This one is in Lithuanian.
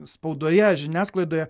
spaudoje žiniasklaidoje